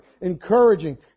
encouraging